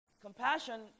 Compassion